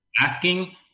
Asking